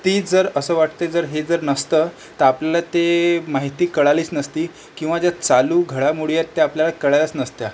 ती जर असं वाटते जर हे जर नसतं तर आपलं ते माहिती कळालीच नसती किंवा ज्या चालू घडामोडी आहेत त्या आपल्या कळाल्याच नसत्या